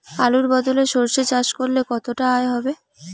আলুর বদলে সরষে চাষ করলে কতটা আয় হবে?